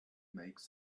make